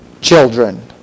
children